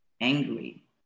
angry